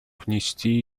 внести